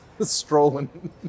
strolling